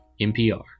NPR